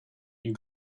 you